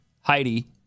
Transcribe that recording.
Heidi